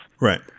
Right